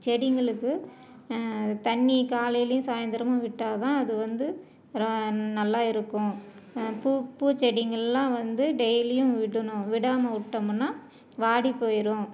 செடிங்களுக்கு தண்ணி காலையிலேயும் சாய்ந்திரமும் விட்டால்தான் அது வந்து நல்லா இருக்கும் பூ பூச்செடிங்கெல்லாம் வந்து டெய்லியும் விடணும் விடாமல் விட்டோமுன்னா வாடி போயிடும்